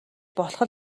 болох